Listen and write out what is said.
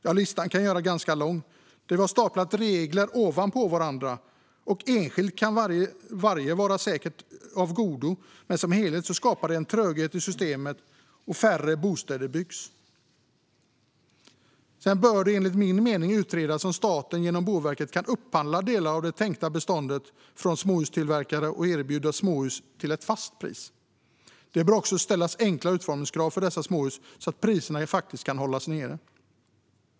Ja, listan kan göras ganska lång på regler som vi har staplat ovanpå varandra. Enskilt kan de säkert vara av godo, men som helhet skapar de en tröghet i systemet, och färre bostäder byggs. Sedan bör det enligt min mening utredas om staten genom Boverket kan upphandla delar av det tänkta beståndet från småhustillverkare och erbjuda småhus till ett fast pris. Det bör också ställas enklare utformningskrav för dessa småhus så att priserna kan hållas nere.